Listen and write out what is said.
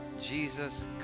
Jesus